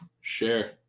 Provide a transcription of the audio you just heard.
share